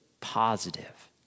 positive